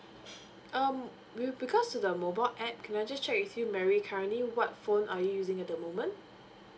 um with regards to the mobile app can I just check with you mary currently what phone are you using at the moment